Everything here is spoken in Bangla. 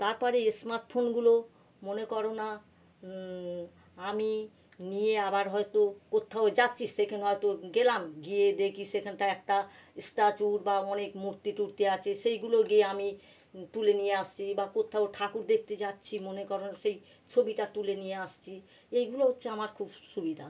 তারপরে স্মার্টফোনগুলোও মনে করো না আমি নিয়ে আবার হয় তো কোথাও যাচ্ছি সেখানে হয় তো গেলাম গিয়ে দেখি সেখানটায় একটা স্ট্যাচু বা অনেক মূর্তি টূর্তি আছে সেইগুলো গিয়ে আমি তুলে নিয়ে আসছি বা কোত্থাও ঠাকুর দেখতে যাচ্ছি মনে করো সেই ছবিটা তুলে নিয়ে আসছি এইগুলো হচ্ছে আমার খুব সুবিধা